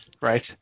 right